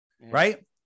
right